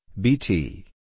bt